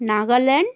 Nagaland